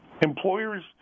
Employers